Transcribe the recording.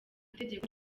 itegeko